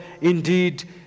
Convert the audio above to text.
indeed